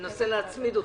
ננסה להצמיד אותה.